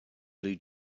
blue